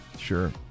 Sure